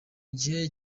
gihe